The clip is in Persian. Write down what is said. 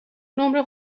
نمره